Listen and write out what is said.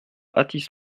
athis